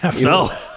No